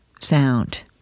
sound